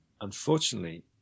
Unfortunately